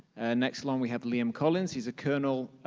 next along, we have liam collins. he's a colonel